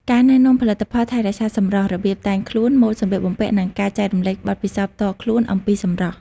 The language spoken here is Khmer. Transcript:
ការណែនាំផលិតផលថែរក្សាសម្រស់ របៀបតែងខ្លួន ម៉ូតសម្លៀកបំពាក់ និងការចែករំលែកបទពិសោធន៍ផ្ទាល់ខ្លួនអំពីសម្រស់។